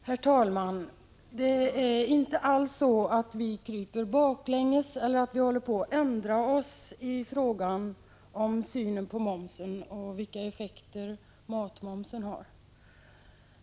Herr talman! Vi kryper inte alls baklänges eller håller på att ändra oss i fråga om synen på momsen och vilka effekter matmomsen har.